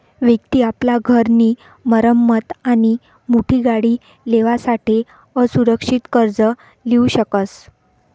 व्यक्ति आपला घर नी मरम्मत आणि मोठी गाडी लेवासाठे असुरक्षित कर्ज लीऊ शकस